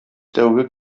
тәүге